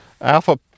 alpha